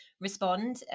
respond